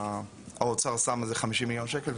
והאוצר שם כ-50 מיליון שקלים,